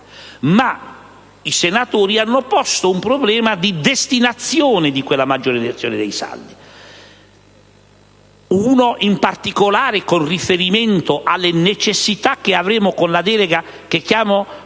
I senatori però hanno posto un problema di destinazione di quel miglioramento dei saldi; in particolare, uno fa riferimento alle necessità che avremo con la delega, che chiamo